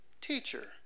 Teacher